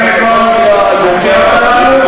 יריב, איזה תרופות, חבר הכנסת לוין,